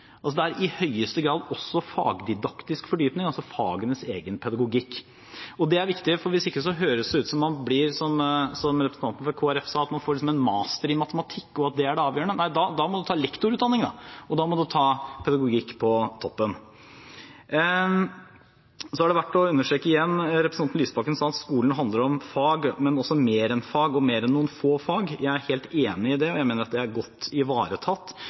det er i høyeste grad også fagdidaktisk fordypning, altså fagenes egen pedagogikk. Og det er viktig, hvis ikke høres det ut som, som representanten fra Kristelig Folkeparti sa, at man liksom får en master i matematikk, og at det er det avgjørende. Nei, da må man ta lektorutdanning. Og da må man ta pedagogikk på toppen. Så er det verdt å understreke igjen: Representanten Lysbakken sa at skolen handler om fag, men også om mer enn fag og mer enn noen få fag. Jeg er helt enig i det, og jeg mener at det er godt ivaretatt.